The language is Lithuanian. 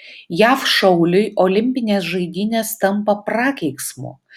jav šauliui olimpinės žaidynės tampa prakeiksmu